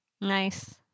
nice